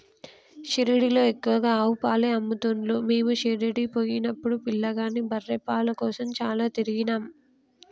షిరిడీలో ఎక్కువగా ఆవు పాలే అమ్ముతున్లు మీము షిరిడీ పోయినపుడు పిలగాని బర్రె పాల కోసం చాల తిరిగినం